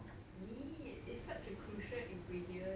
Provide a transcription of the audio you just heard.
need is such a crucial ingredient